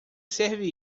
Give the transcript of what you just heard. serve